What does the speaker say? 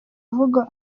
uvuga